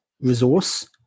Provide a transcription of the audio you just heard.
resource